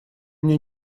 мне